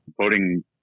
voting